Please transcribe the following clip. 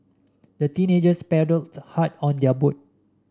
the teenagers paddled hard on their boat